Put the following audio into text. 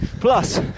Plus